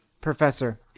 Professor